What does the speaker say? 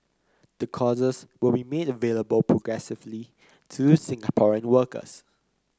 the courses will be made available progressively to Singaporean workers